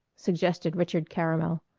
suggested richard caramel.